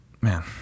man